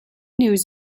news